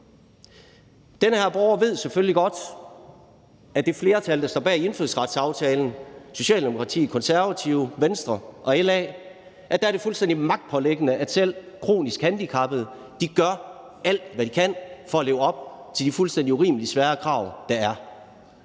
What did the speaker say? Den her borger ved selvfølgelig godt, at for det flertal, der står bag indfødsretsaftalen, Socialdemokratiet, Konservative, Venstre og LA, er det fuldstændig magtpåliggende, at selv kronisk handicappede gør alt, hvad de kan, for at leve op til de fuldstændig urimelig svære krav, der er.